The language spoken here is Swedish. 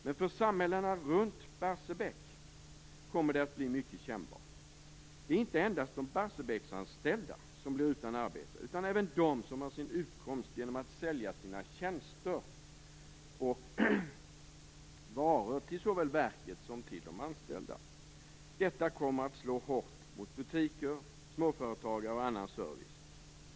Men för samhällena runt Barsebäck kommer det att bli mycket kännbart. Det är inte endast de Barsebäcksanställda som blir utan arbete, utan även de som har sin utkomst genom att sälja sina tjänster och varor till såväl verket som de anställda. Detta kommer att slå hårt mot butiker, småföretagare och annan service.